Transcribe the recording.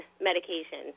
medication